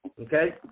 Okay